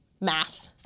math